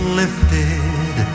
lifted